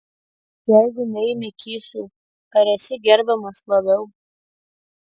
jeigu neimi kyšių ar esi gerbiamas labiau